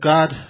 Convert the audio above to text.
God